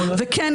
וכן,